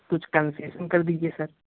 कुछ कंसेसन कर दीजिए सर